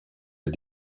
est